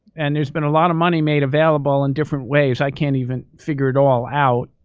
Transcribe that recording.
and there's been a lot of money made available in different ways. i can't even figure it all out.